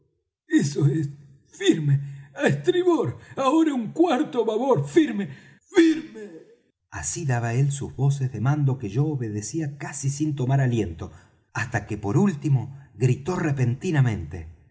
eso es firme á estribor ahora un cuarto á babor firme firme así daba él sus voces de mando que yo obedecía casi sin tomar aliento hasta que por último gritó repentinamente